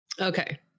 Okay